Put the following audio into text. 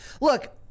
Look